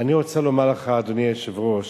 אני רוצה לומר לך, אדוני היושב-ראש,